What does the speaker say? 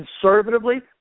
conservatively